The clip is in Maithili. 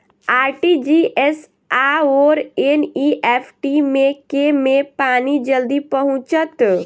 आर.टी.जी.एस आओर एन.ई.एफ.टी मे केँ मे पानि जल्दी पहुँचत